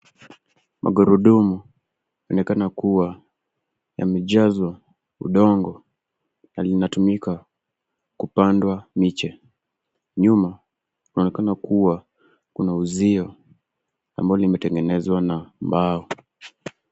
Magurudumu, yanaonekana kuwa yamejazwa udongo na linatumika kupandwa miche. Nyuma, kunaonekana kuwa kuna uzio ambao limetengenezwa na mbao.